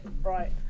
right